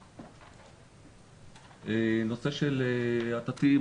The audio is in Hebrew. נושא של האתתים,